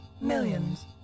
Millions